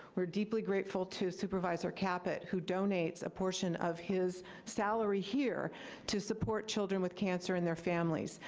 we're deeply grateful to supervisor caput, who donates a portion of his salary here to support children with cancer and their families,